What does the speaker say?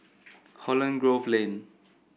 Holland Grove Lane